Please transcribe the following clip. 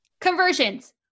Conversions